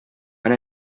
and